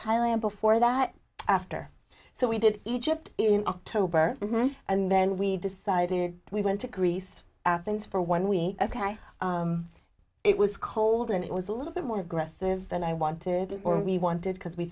thailand before that after so we did egypt in october and then we decided we went to greece to athens for one week ok it was cold and it was a little bit more aggressive than i wanted or we wanted because we